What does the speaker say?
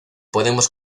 podemos